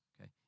Okay